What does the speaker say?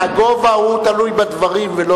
הגובה הוא תלוי בדברים ולא